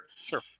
Sure